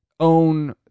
own